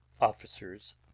officers